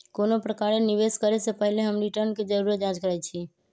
कोनो प्रकारे निवेश करे से पहिले हम रिटर्न के जरुरे जाँच करइछि